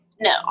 no